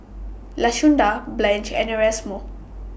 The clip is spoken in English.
Lashunda Blanch and Erasmo